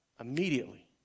Immediately